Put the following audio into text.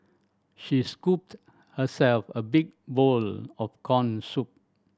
she scooped herself a big bowl of corn soup